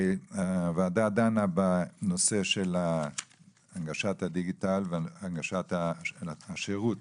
הוועדה דנה בנושא של הנגשת הדיגיטל והנגשת השירות